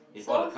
so